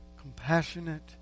compassionate